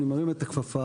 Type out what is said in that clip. אני מרים את הכפפה,